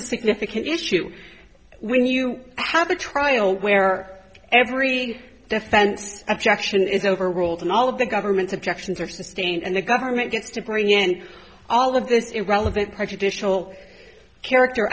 a significant issue when you have a trial where every defense objection is overruled and all of the government's objections are sustained and the government gets to bring in all of this irrelevant prejudicial character